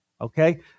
Okay